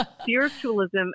spiritualism